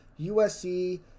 USC